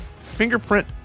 fingerprint